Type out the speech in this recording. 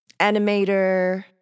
animator